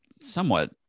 somewhat